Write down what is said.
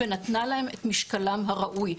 ונתנה להם את משקלה הראוי.